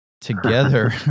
Together